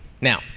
Now